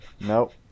Nope